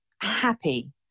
happy